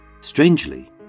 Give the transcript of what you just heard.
Strangely